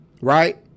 right